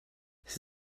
ses